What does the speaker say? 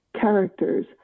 characters